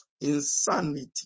insanity